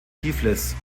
tiflis